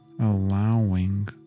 allowing